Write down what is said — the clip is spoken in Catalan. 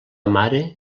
mare